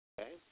Okay